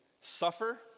suffer